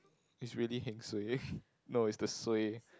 is really heng suay no is the suay